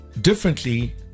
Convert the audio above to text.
Differently